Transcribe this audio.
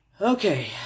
Okay